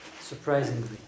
Surprisingly